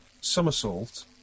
somersault